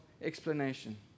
explanation